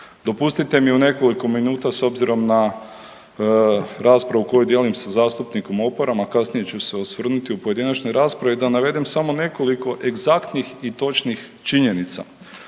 Dopustite mi u nekoliko minuta s obzirom na raspravu koju dijelim sa zastupnikom Oparom, a kasnije ću se osvrnuti u pojedinačnoj raspravi da navedem samo nekoliko egzaktnih i točnih činjenica.